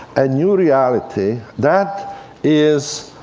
a new reality that is,